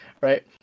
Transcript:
right